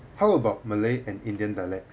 how about malay and indian dialects